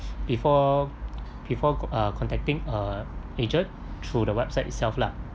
before before uh contacting a agent through the website itself lah